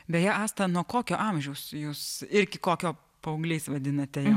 beje asta nuo kokio amžiaus jūs ir iki kokio paaugliais vadinate